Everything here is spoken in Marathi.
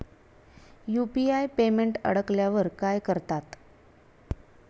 यु.पी.आय पेमेंट अडकल्यावर काय करतात?